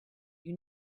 you